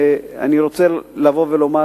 אני רוצה לומר,